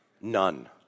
None